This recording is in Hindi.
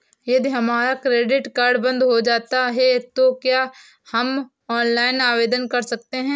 यदि हमारा क्रेडिट कार्ड बंद हो जाता है तो क्या हम ऑनलाइन आवेदन कर सकते हैं?